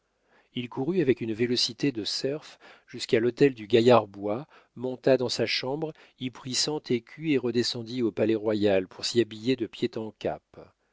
il courut avec une vélocité de cerf jusqu'à l'hôtel du gaillard bois monta dans sa chambre y prit cent écus et redescendit au palais-royal pour s'y habiller de pieds en cap